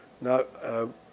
No